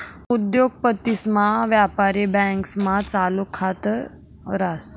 उद्योगपतीसन व्यापारी बँकास्मा चालू खात रास